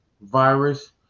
virus